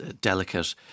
delicate